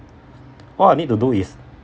all I need to do is